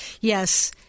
Yes